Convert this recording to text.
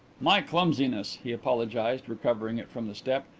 my clumsiness, he apologized, recovering it from the step.